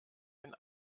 den